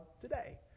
today